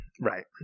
Right